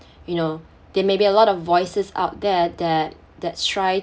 you know there may be a lot of voices out there that that try